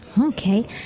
Okay